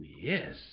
Yes